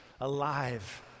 alive